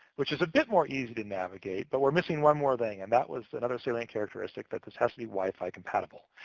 which is a bit more easy to navigate, but we're missing one more thing, and that was another salient characteristic that this has to be wi-fi compatible.